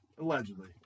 Allegedly